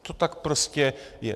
To tak prostě je.